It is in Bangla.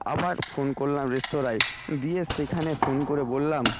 আবার ফোন করলাম রেস্তোরাঁয় দিয়ে সেখানে ফোন করে বললাম